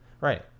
right